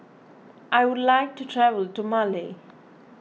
I would like to travel to Male